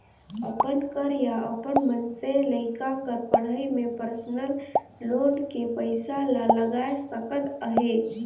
अपन कर या अपन मइनसे लइका कर पढ़ई में परसनल लोन के पइसा ला लगाए सकत अहे